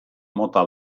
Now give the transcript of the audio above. mota